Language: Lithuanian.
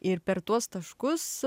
ir per tuos taškus